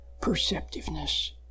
perceptiveness